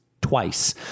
twice